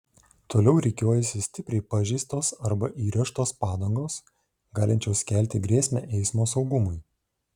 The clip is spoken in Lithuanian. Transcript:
toliau rikiuojasi stipriai pažeistos arba įrėžtos padangos galinčios kelti grėsmę eismo saugumui